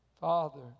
Father